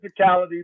physicality